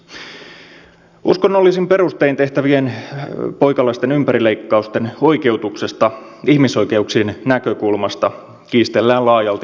poikalasten uskonnollisin perustein tehtävien ympärileikkausten oikeutuksesta ihmisoikeuksien näkökulmasta kiistellään laajasti euroopassa